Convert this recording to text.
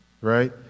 right